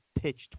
pitched